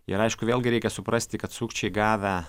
ir aišku vėlgi reikia suprasti kad sukčiai gavę